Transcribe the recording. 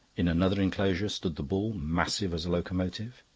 in another enclosure stood the bull, massive as a locomotive.